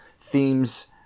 themes